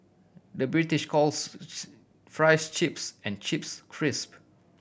the British calls fries chips and chips crisp